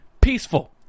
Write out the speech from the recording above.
peaceful